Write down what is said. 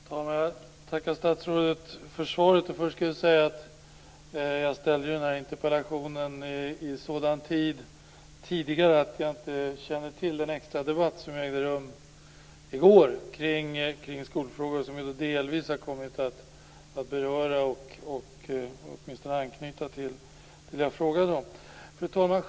Fru talman! Jag tackar statsrådet för svaret. Först skall jag säga att när jag framställde den här interpellationen kände jag inte till att det skulle hållas en extra debatt om skolan, vilken ägde rum i går. I den berördes delvis det som jag har tagit upp i interpellationen. Fru talman!